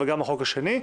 אבל גם החוק השני.